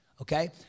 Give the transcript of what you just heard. okay